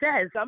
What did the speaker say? says